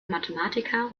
mathematiker